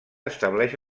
estableix